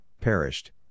perished